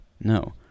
No